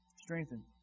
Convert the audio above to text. Strengthen